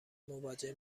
مواجه